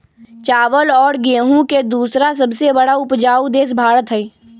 चावल और गेहूं के दूसरा सबसे बड़ा उपजाऊ देश भारत हई